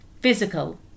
physical